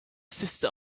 sister